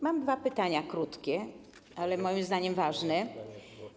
Mam dwa pytania krótkie, ale moim zdaniem ważne.